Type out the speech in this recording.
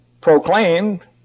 proclaimed